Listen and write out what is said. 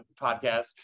podcast